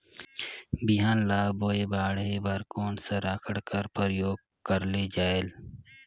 बिहान ल बोये बाढे बर कोन सा राखड कर प्रयोग करले जायेल?